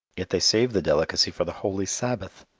yet they save the delicacy for the holy sabbath.